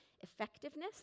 Effectiveness